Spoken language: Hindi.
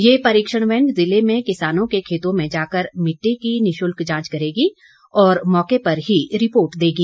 यह परीक्षण वैन जिले में किसानों के खेतों में जाकर मिट्टी की निशुल्क जांच करेगी और मौके पर ही रिपोर्ट देगी